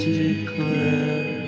declare